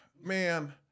Man